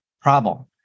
problem